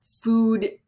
food